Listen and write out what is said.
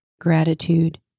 gratitude